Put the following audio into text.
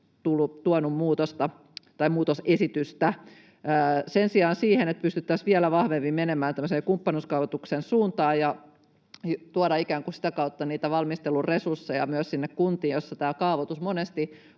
tuonut muutosesitystä. Sen sijaan sitä, että pystyttäisiin vielä vahvemmin menemään tämmöisen kumppanuuskaavoituksen suuntaan ja tuomaan ikään kuin sitä kautta valmisteluresursseja kuntiin, joissa kaavoitus monesti